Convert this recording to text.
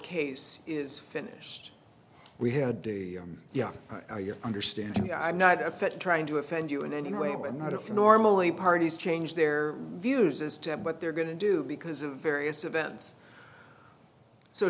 case is finished we had the yeah your understanding i'm not a fit trying to offend you in any way but not if normally parties change their views as to what they're going to do because of various events so